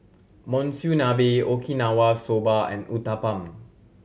Monsunabe Okinawa Soba and Uthapam